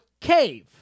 cave